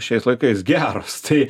šiais laikais geros tai